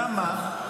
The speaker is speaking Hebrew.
למה?